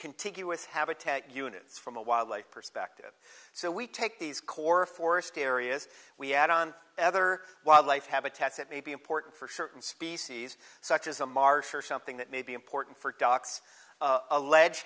contiguous habitat units from a wildlife perspective so we take these core forest areas we add on ever wildlife habitats that may be important for certain species such as a marsh or something that may be important for